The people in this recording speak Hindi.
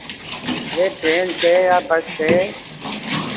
अरे ट्रेन से या बस से